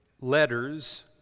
letters